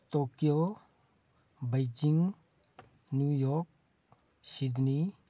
Tokyo Beijing New York Sydney